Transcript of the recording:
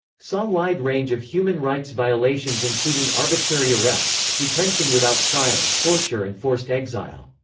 saw wide range of human rights violations including arbitrary arrests, detention without trial, torture and forced exile.